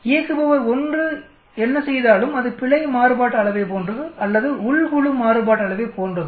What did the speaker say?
இயக்குபவர் 1 என்ன செய்தாலும் அது பிழை மாறுபாட்டு அளவை போன்றது அல்லது உள் குழு மாறுபாட்டு அளவை போன்றது